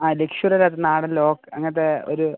ആ ലക്ഷ്വറി അതോ നാടൻ ലോ അങ്ങനത്തെ ഒരു